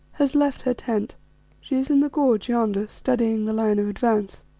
has left her tent she is in the gorge yonder, studying the line of advance.